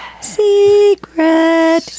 Secret